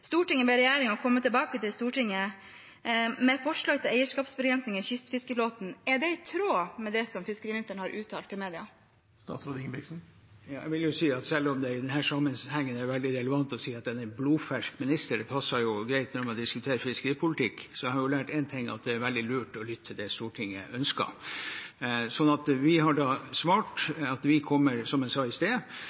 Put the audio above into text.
ber regjeringen komme tilbake til Stortinget med forslag om eierskapsbegrensninger i kystfiskeflåten» – er i tråd med det fiskeriministeren har uttalt til media? Jeg vil jo si at selv om det i denne sammenheng er veldig relevant å si at en blodfersk minister passer greit når man diskuterer fiskeripolitikk, så har jeg lært én ting: Det er veldig lurt å lytte til det Stortinget ønsker. Vi har da svart, som jeg sa i sted, at vi vil selvsagt komme tilbake i